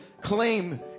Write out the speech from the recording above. claim